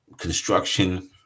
construction